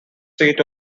seat